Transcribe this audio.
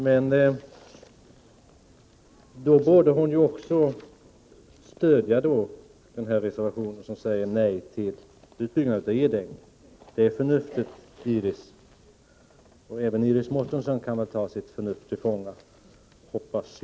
Hon borde också stödja den reservation där man säger nej till utbyggnad av Edänge. Det är förnuftigt att göra det, Iris Mårtensson. Jag hoppas att även Iris Mårtensson kan ta sitt förnuft till fånga.